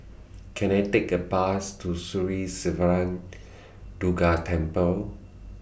Can I Take A Bus to Sri Siva Durga Temple